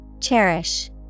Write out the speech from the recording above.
Cherish